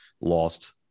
lost